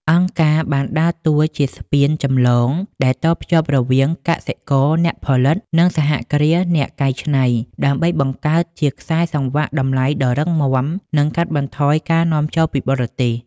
អង្គការបានដើរតួជាស្ពានចម្លងដែលតភ្ជាប់រវាង "កសិករអ្នកផលិត" និង "សហគ្រាសអ្នកកែច្នៃ" ដើម្បីបង្កើតជាខ្សែសង្វាក់តម្លៃដ៏រឹងមាំ និងកាត់បន្ថយការនាំចូលពីបរទេស។